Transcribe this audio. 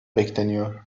bekleniyor